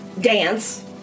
dance